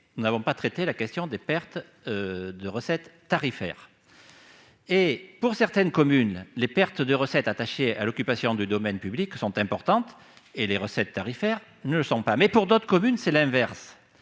nous n'avions pas traité la question des pertes de recettes tarifaires. Pour certaines communes, les pertes de recettes liées à l'occupation du domaine public sont importantes, alors que les recettes tarifaires ne le sont pas. Pour d'autres communes, c'est l'inverse.